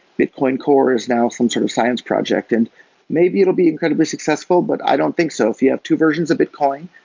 bitcoin core is now some sort of science project. and maybe it'll be incredibly successful, but i don't think so if you have two versions of bitcoin,